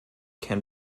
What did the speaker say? can